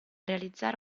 realizzare